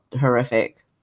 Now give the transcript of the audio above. horrific